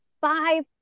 five